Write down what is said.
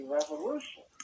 revolution